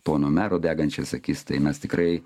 pono mero degančias akis tai mes tikrai